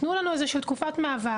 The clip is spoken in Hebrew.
תנו לנו איזושהי תקופת מעבר,